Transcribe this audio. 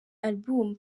album